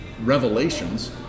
Revelations